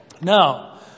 Now